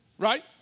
Right